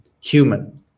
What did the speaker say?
human